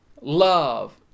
love